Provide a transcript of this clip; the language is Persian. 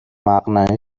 مقنعه